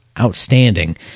outstanding